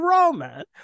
Roman